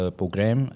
program